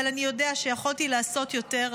אבל אני יודע שיכולתי לעשות יותר,